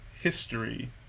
history